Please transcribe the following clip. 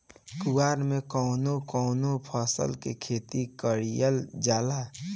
कुवार में कवने कवने फसल के खेती कयिल जाला?